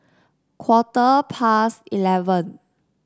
quarter past eleven